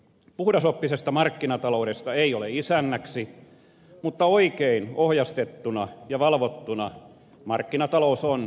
puhdasoppisesta markkinataloudesta ei ole isännäksi mutta oikein ohjastettuna ja valvottuna markkinatalous on hyvä renki